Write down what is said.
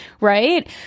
right